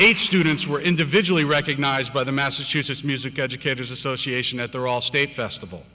students were individually recognized by the massachusetts music educators association at their all state festival